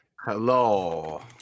Hello